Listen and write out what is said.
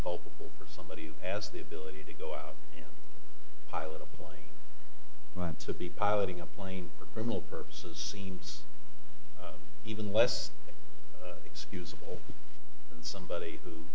culpable for somebody who has the ability to go out pilot a plane right to be piloting a plane for criminal purposes seems even less excusable somebody who